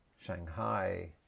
Shanghai